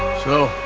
so.